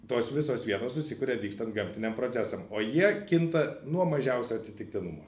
tos visos vietos susikuria vykstant gamtiniam procesam o jie kinta nuo mažiausio atsitiktinumo